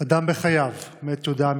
"אדם בחייו", מאת יהודה עמיחי.